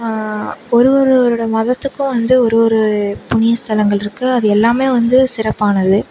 ஒருவர் ஒருவரோட மதத்துக்கும் வந்து ஒரு ஒரு புண்ணிய ஸ்தலங்கள்ருக்கு அது எல்லாம் வந்து சிறப்பானது